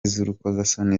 z’urukozasoni